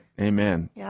Amen